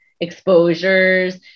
exposures